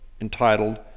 entitled